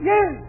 Yes